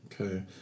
Okay